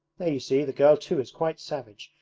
there you see, the girl too is quite savage,